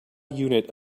unit